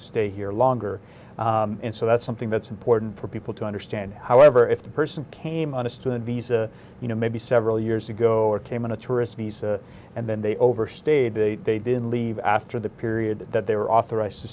stay here longer and so that's something that's important for people to understand however if the person came on a student visa you know maybe several years ago or came on a tourist visa and then they overstayed they didn't leave after the period that they were authorized to